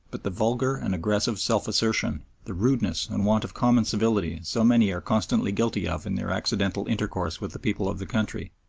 but the vulgar and aggressive self-assertion, the rudeness and want of common civility so many are constantly guilty of in their accidental intercourse with the people of the country.